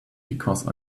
because